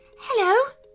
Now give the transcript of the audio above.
Hello